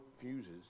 fuses